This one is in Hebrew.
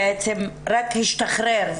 בעצם רק השתחרר,